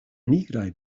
nigraj